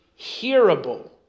hearable